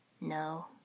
No